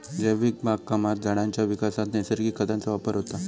जैविक बागकामात झाडांच्या विकासात नैसर्गिक खतांचो वापर होता